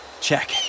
check